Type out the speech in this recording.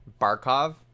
Barkov